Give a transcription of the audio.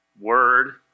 word